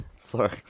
sorry